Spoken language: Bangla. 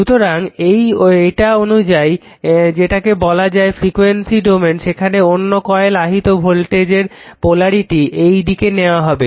সুতরাং এটা অনুযায়ী যেটাকে বলা হয় ফ্রিকুয়েন্সি ডোমেন সেখানে অন্য কয়েলে আহিত ভোল্টেজের পোলারিটি এই দিকে নেওয়া হবে